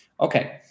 Okay